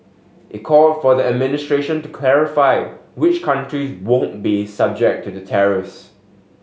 it called for the administration to clarify which countries won't be subject to the tariffs